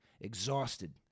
exhausted